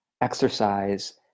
exercise